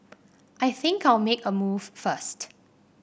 I think I'll make a move first